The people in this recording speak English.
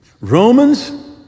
Romans